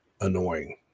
annoying